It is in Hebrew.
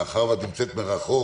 מאחר שאת נמצאת מרחוק,